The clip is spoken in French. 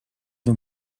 ont